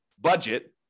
budget